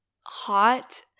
hot